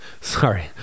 sorry